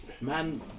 man